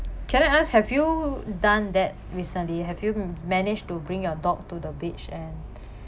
can I ask have you done that recently have you managed to bring your dog to the beach and